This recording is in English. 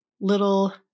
little